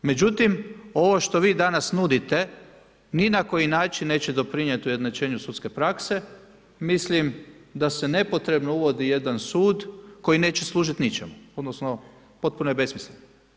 Međutim, ovo što vi danas nudite, ni na koji način neće doprinijeti ujednačenju sudske prakse, mislim da se nepotrebno uvodi jedan sud, koji neće služiti ničemu, odnosno, potpuno je besmislen.